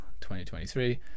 2023